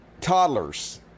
Toddlers